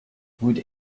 would